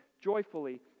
joyfully